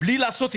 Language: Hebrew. בלי לעשות כלום,